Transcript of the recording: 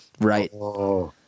right